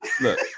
Look